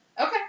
Okay